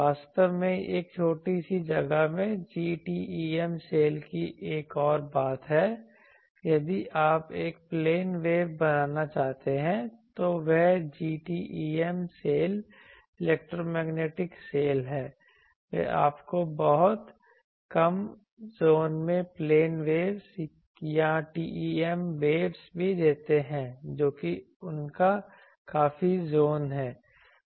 वास्तव में यह एक छोटी सी जगह में GTEM सेल की एक और बात है यदि आप एक प्लेन वेव बनाना चाहते हैं तो वह GTEM cell GHz electromagnetic cell है वे आपको बहुत कम ज़ोन में प्लेन वेव्स या TEM वेव्स भी देते हैं जो कि उनका काफी ज़ोन है